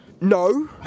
No